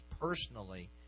personally